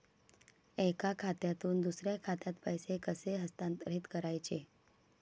एका खात्यातून दुसऱ्या खात्यात पैसे कसे हस्तांतरित करायचे